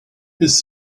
his